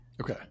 Okay